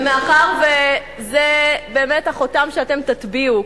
ומאחר שזה באמת החותם שאתם תטביעו,